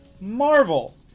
Marvel